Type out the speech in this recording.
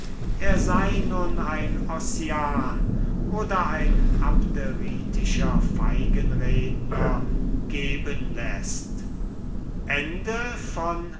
er sei nun ein ossian oder ein abderitischer feigenredner sich geben läßt